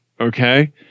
Okay